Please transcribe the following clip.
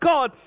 God